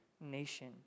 nation